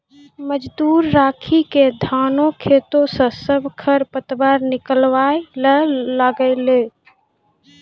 मजदूर राखी क धानों खेतों स सब खर पतवार निकलवाय ल लागलै